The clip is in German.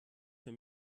für